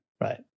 right